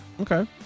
okay